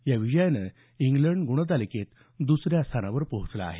या विजयानं इंग्लंड ग्रणतालिकेत दुसऱ्या स्थानी पोहचला आहे